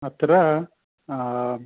अत्र